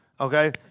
Okay